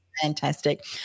Fantastic